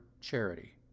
charity